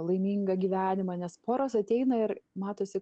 laimingą gyvenimą nes poros ateina ir matosi